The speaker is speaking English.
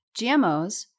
GMOs